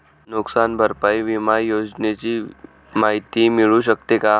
नुकसान भरपाई विमा योजनेची माहिती मिळू शकते का?